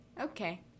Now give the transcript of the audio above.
Okay